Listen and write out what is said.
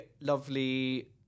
lovely